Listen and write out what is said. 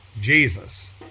Jesus